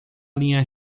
linha